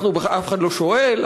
אף אחד לא שואל,